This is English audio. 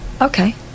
okay